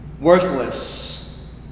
Worthless